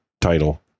title